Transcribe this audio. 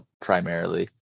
primarily